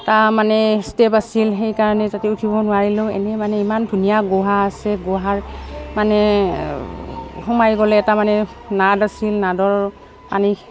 টা মানে ষ্টেপ আছিল সেইকাৰণে যাতে উঠিব নোৱাৰিলোঁ এনেই মানে ইমান ধুনীয়া গুহা আছে গুহাৰ মানে সোমাই গ'লে এটা মানে নাদ আছিল নাদৰ পানী